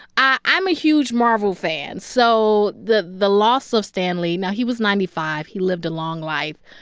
i'm a huge marvel fan. so the the loss of stan lee now, he was ninety five. he lived a long life.